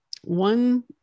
One